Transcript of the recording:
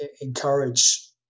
encourage